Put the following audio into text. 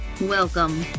Welcome